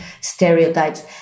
stereotypes